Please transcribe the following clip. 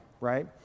right